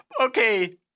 Okay